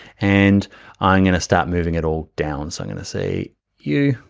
and i'm gonna start moving it all down, so i'm gonna say you.